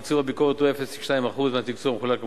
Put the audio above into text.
תקצוב הביקורת הוא 0.2% מהתקציב המחולק למוסדות.